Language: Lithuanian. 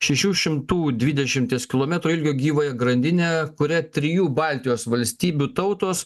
šešių šimtų dvidešimties kilometrų ilgio gyvąją grandinę kuria trijų baltijos valstybių tautos